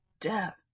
death